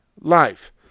life